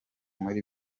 muri